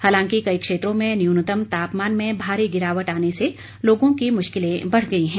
हालांकि कई क्षेत्रों में न्यूनतम तापमान में भारी गिरावट आने से लोगों की मुश्किलें बढ़ गई हैं